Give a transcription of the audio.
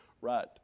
right